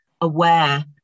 aware